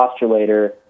postulator